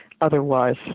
otherwise